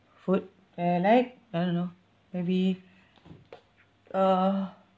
food that I like I don't know maybe uh